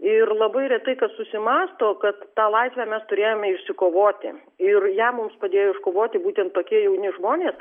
ir labai retai kas susimąsto kad tą laisvę mes turėjome išsikovoti ir ją mums padėjo iškovoti būtent tokie jauni žmonės